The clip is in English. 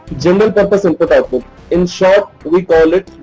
general purpose input output. in short we call it